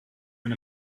and